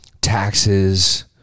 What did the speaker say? taxes